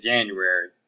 January